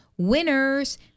Winners